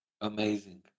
Amazing